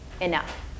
enough